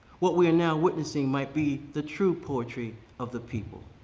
what we are now witnessing might be the true poetry of the people.